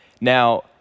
Now